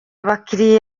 abakiri